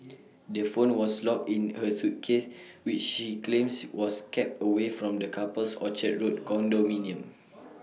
the phone was locked in her suitcase which she claims was kept away from the couple's Orchard road condominium